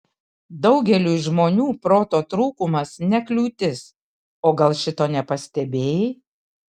daugeliui žmonių proto trūkumas ne kliūtis o gal šito nepastebėjai